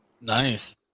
Nice